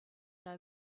know